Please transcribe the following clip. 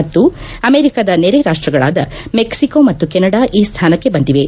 ಮತ್ತು ಅಮೆರಿಕದ ನೆರೆ ರಾಷ್ಷಗಳಾದ ಮೆಕ್ಕಿಕೋ ಮತ್ತು ಕೆನಡಾ ಈ ಸ್ನಾನಕ್ಕೆ ಬಂದಿವೆ